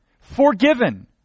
forgiven